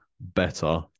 better